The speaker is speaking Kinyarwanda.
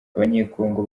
abanyekongo